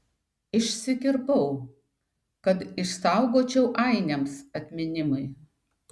išsikirpau kad išsaugočiau ainiams atminimui